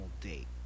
date